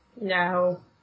No